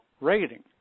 rating